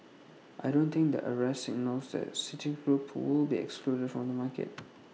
I don't think the arrest signals that citigroup would be excluded from the market